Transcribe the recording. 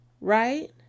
right